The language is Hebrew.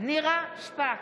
נירה שפק,